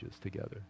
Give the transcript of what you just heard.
together